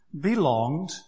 belonged